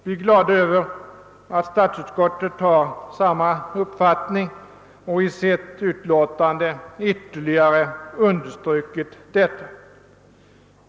Vi är glada över att statsutskottet har samma uppfattning och i sitt utlåtande ytterligare har understrukit detta.